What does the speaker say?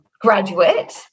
graduate